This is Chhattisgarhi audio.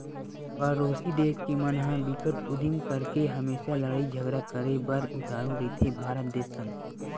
परोसी देस के मन ह बिकट उदिम करके हमेसा लड़ई झगरा करे बर उतारू रहिथे भारत देस संग